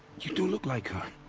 you do look like her.